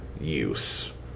use